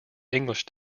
english